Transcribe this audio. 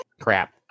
Crap